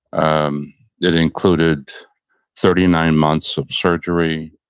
um it included thirty nine months of surgery,